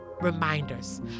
reminders